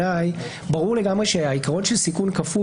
ברור לגמרי שהעיקרון של סיכון כפול